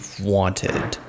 wanted